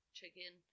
chicken